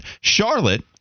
Charlotte